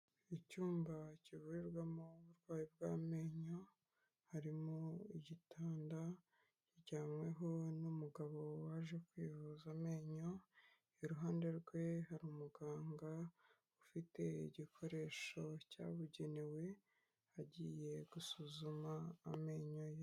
Icyumba kivurirwamo uburwayi bw'amenyo harimo igitanda kiryamweho n'umugabo waje kwivuza amenyo, iruhande rwe hari umuganga ufite igikoresho cyabugenewe agiye gusuzuma amenyo ye.